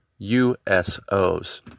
USOs